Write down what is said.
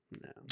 No